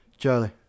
Charlie